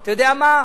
אתה יודע מה?